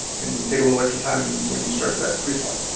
and take a little extra time when you start that pre-flight.